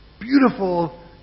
beautiful